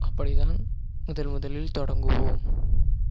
அப்படி தான் முதன் முதலில் தொடங்குவோம்